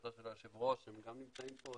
לבקשתו של היושב ראש הם גם נמצאים פה,